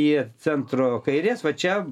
ir centro kairės va čia